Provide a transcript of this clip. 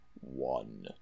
...one